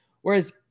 Whereas